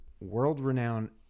world-renowned